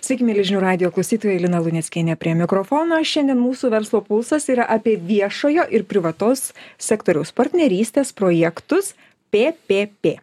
sveiki mieli žinių radijo klausytoja lina luneckienė prie mikrofono šiandien mūsų verslo pulsas yra apie viešojo ir privataus sektoriaus partnerystės projektus p p p